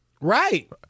Right